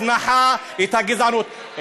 את ההזנחה, את הגזענות.